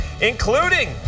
including